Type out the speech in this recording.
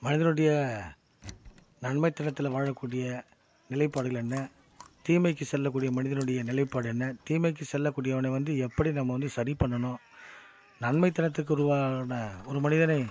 மனிதனுடைய நன்மை தளத்தில் வாழக்கூடிய நிலைப்பாடுகளென்ன தீமைக்கு செல்லக்கூடிய மனிதனுடைய நிலைப்பாடு என்ன தீமைக்கு செல்லக்கூடியவன வந்து எப்படி நம்ம வந்து சரி பண்ணணும் நன்மை தளத்துக்கு உருவான ஒரு மனிதனை